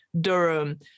Durham